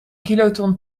kiloton